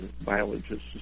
biologists